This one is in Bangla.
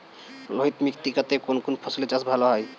লোহিত মৃত্তিকা তে কোন কোন ফসলের চাষ ভালো হয়?